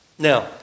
Now